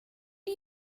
you